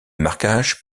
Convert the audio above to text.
marquage